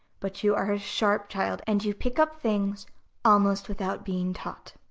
but you are a sharp child, and you pick up things almost without being taught.